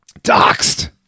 Doxed